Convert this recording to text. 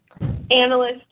analyst